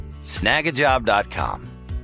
snagajob.com